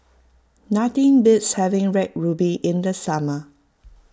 nothing beats having Red Ruby in the summer